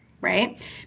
right